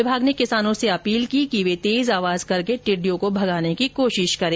विभाग ने किसानों से अपील की है कि वे तेज आवाज करके टिड़िडयों को भगाने की कोशिश करें